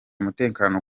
umutekano